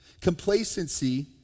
Complacency